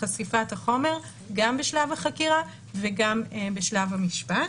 חשיפת החומר גם בשלב החקירה וגם בשלב המשפט.